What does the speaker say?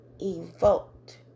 evoked